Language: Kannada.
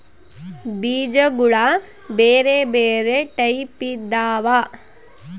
ಬೀಜಗುಳ ಬೆರೆ ಬೆರೆ ಟೈಪಿದವ